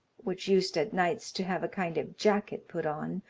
which used at nights to have a kind of jacket put on,